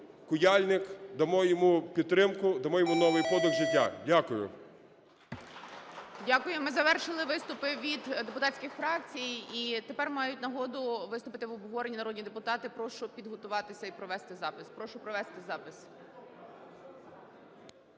Куяльник, дамо йому підтримку, дамо йому новий подих життя. Дякую. ГОЛОВУЮЧИЙ. Дякую. Ми завершили виступи від депутатських фракцій, і тепер мають нагоду виступити в обговоренні народні депутати. Прошу підготуватися і провести запис, прошу провести запис.